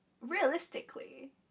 realistically